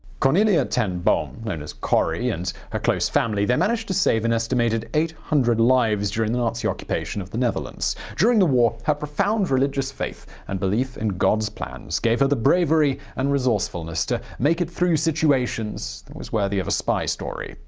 cornelia ten boom, known as corrie, and her close family, managed to save an estimated eight hundred lives during the nazi occupation of the netherlands. during the war, her profound religious faith and belief in god's plans gave her the bravery and resourcefulness to make it through situations worthy of a spy story.